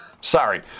Sorry